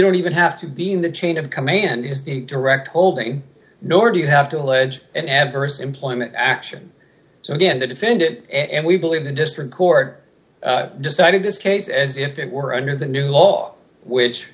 don't even have to be in the chain of command is the direct holding nor do you have to allege an adverse employment action so again to defend it and we believe the district court decided this case as if it were under the new law which